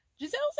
Giselle